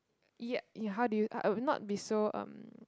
yeah yeah how do you uh not be so um